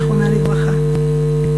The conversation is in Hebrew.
זכרה לברכה.